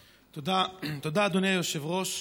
תודה, אדוני היושב-ראש.